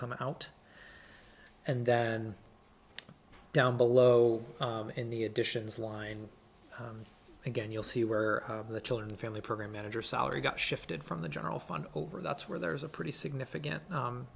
come out and then down below in the additions line again you'll see where the children family program manager salary got shifted from the general fund over that's where there's a pretty significant